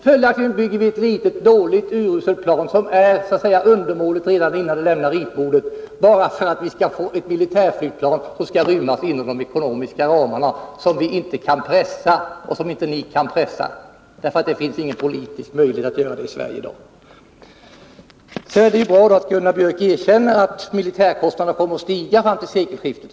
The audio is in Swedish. Följaktligen bygger vi ett litet, dåligt, uruselt plan, som är undermåligt redan innan det lämnar ritbordet, bara för att ni skall få ett militärflygplan som kan rymmas inom de ekonomiska ramarna, som ni inte kan pressa, eftersom det inte finns någon politisk möjlighet att göra det i Sverige i dag. Det är bra att Gunnar Björk erkänner att militärkostnaderna kommer att stiga fram till sekelskiftet.